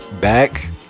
back